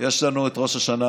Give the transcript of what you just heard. יש לנו את ראש השנה